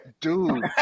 dude